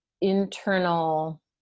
internal